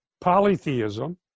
polytheism